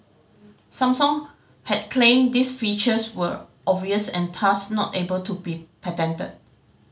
Samsung had claimed these features were obvious and thus not able to be patented